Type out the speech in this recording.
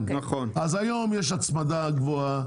אז היום יש הצמדה גבוהה,